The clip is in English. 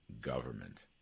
government